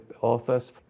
authors